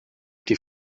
die